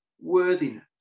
worthiness